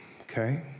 okay